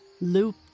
Loop